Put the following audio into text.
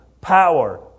power